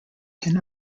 can